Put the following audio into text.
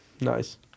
nice